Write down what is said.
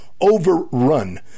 Overrun